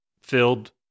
filled